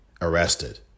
arrested